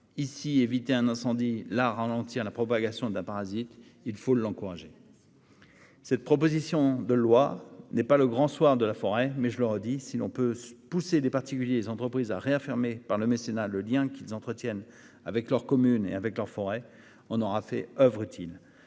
ici éviter un incendie, là ralentir la propagation d'un parasite, il faut l'encourager. Cette proposition de loi n'est pas le « grand soir » de la forêt, mais, je le répète, si l'on peut pousser les particuliers et les entreprises à réaffirmer par le mécénat le lien qu'ils entretiennent avec leur commune et avec leur forêt, on aura fait oeuvre utile.